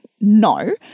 No